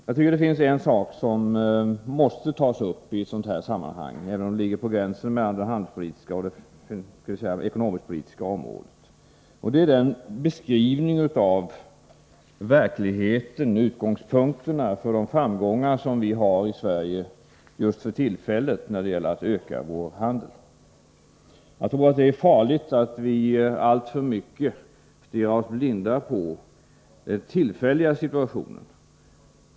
Jag tycker att det finns en sak som måste tas upp i detta sammanhang, även om det ligger på gränsen mellan det handelspolitiska och det ekonomiskpolitiska området. Det är den beskrivning som görs av verkligheten i den handelspolitiska deklarationen, dvs. själva utgångspunkterna för de framgångar som vi har i Sverige just för tillfället när det gäller att öka vår handel. Jag tror att det är farligt att stirra sig blind på tillfälliga situationer.